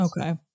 Okay